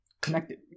Connected